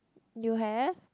you have